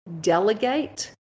delegate